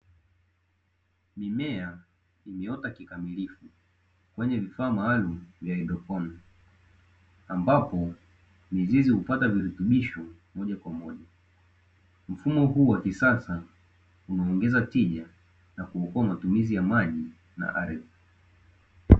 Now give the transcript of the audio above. Mimea imeota kikamilifu kwenye vifaa maalumu, vya haidroponi, ambapo mizizi hufata virutubisho moja kwa moja, mfumo huu wa kisasa unaongeza tija na kuokoa matumizi ya maji na ardhi.